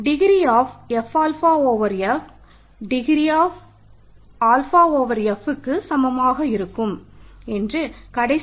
degree